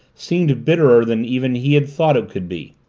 seemed bitterer than even he had thought it could be,